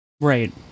Right